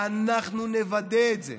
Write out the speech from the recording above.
ואנחנו נוודא את זה.